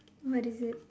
what is it